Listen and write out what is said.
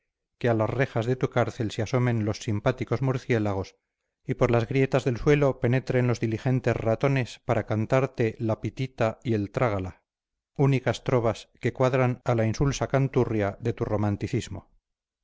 que a las rejas de tu cárcel se asomen los simpáticos murciélagos y por las grietas del suelo penetren los diligentes ratones para cantarte lapitita y el trágala únicas trovas que cuadran a la insulsa canturria de tu romanticismo